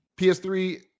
PS3